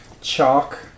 chalk